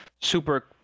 super